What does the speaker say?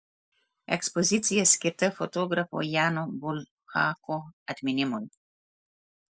ekspozicija skirta fotografo jano bulhako atminimui